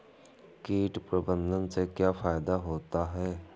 कीट प्रबंधन से क्या फायदा होता है?